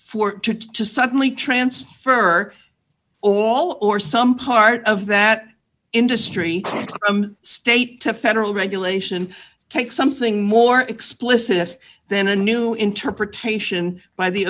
for to suddenly transfer all or some part of that industry state to federal regulation takes something more explicit then a new interpretation by the